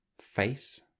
face